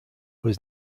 was